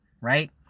right